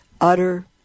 utter